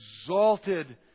exalted